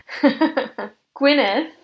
Gwyneth